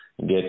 get